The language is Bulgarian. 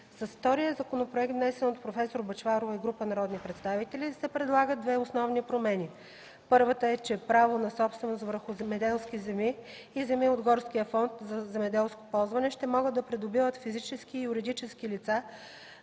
С втория законопроект, внесен от проф. Бъчварова и група народни представители, се предлагат две основни промени. Първата е, че право на собственост върху земеделски земи и земи от горския фонд за земеделско ползване ще могат да придобиват физически и юридически лица,